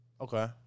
Okay